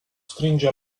stringe